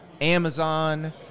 Amazon